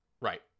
Right